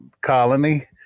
colony